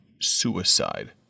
Suicide